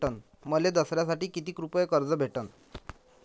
मले दसऱ्यासाठी कितीक रुपये कर्ज भेटन?